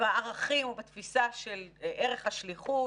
בערכים ובתפיסה של ערך השליחות,